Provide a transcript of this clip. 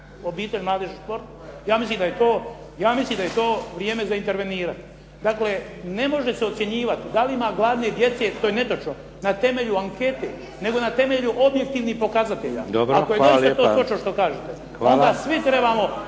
obitelj, mladež i šport ja mislim da je to vrijeme za intervenirat. Dakle, ne može se ocjenjivat da li ima gladne djece, to je netočno, na temelju ankete nego na temelju objektivnih pokazatelja. Ako je zaista